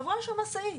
עברה שם משאית.